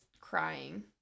crying